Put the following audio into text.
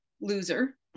loser